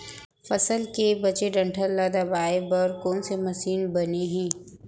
फसल के बचे डंठल ल दबाये बर कोन से मशीन बने हे?